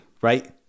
right